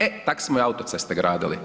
E tak smo i autoceste gradili.